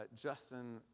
Justin